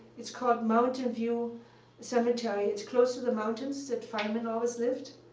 it's called mountain view cemetery. it's close to the mountains that feynman always loved.